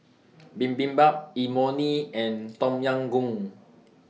Bibimbap Imoni and Tom Yam Goong